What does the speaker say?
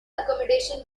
accommodation